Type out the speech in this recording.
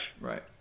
Right